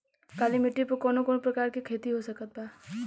काली मिट्टी पर कौन कौन प्रकार के खेती हो सकत बा?